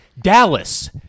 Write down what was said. Dallas